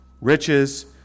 riches